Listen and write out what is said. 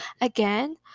again